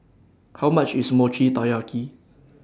How much IS Mochi Taiyaki